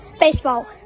baseball